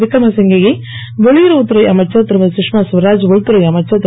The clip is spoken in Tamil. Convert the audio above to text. விக்ரமசிங்கே யை வெளியுறவுத் துறை அமைச்சர் திருமதி சுஷ்மா சுவராத் உள்துறை அமைச்சர் இரு